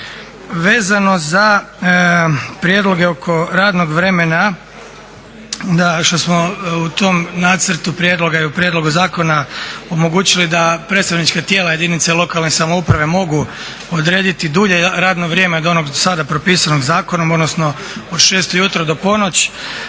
Vezano za prijedloge oko radnog vremena što smo u tom nacrtu prijedloga i u prijedlogu zakona omogućili da predstavnička tijela jedinice lokalne samouprave mogu odrediti dulje radno vrijeme od onog do sada propisanog zakonom, odnosno od 6 ujutro do ponoći.